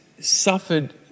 suffered